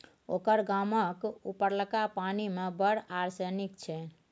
ओकर गामक उपरलका पानि मे बड़ आर्सेनिक छै